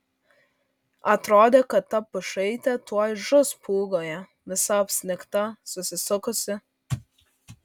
atrodė kad ta pušaitė tuoj žus pūgoje visa apsnigta susisukusi